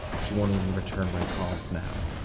she won't even return my calls now.